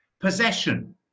possession